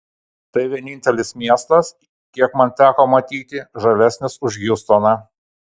tai vienintelis miestas kiek man teko matyti žalesnis už hjustoną